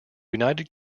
united